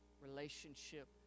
relationship